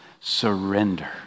Surrender